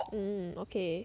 mm okay